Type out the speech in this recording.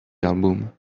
album